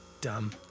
Dumb